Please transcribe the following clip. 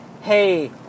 hey